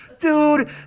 Dude